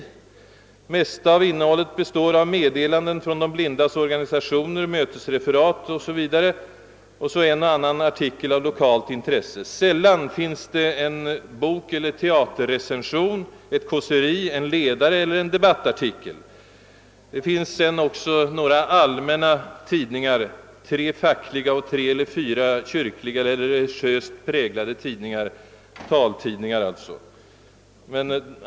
Det mesta av innehållet består av meddelanden från de blindas organisationer, mötesreferat o.s.v. Det förekommer också en och annan artikel av lokalt intresse. Sällan finns där en bokeller teaterrecension, ett kåseri, en ledare eller en debattartikel. Sedan finns det också några »allmänna» tidningar, tre fackliga och tre eller fyra kyrkliga eller religiöst präglade taltidningar.